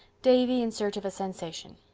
davy in search of a sensation